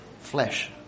Flesh